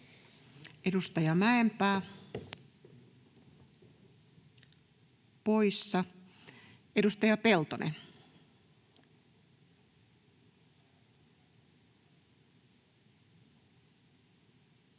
Edustaja Mäenpää, poissa. — Edustaja Peltonen. Arvoisa puhemies!